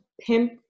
pimp